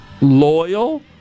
loyal